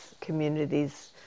communities